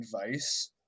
advice